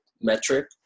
metric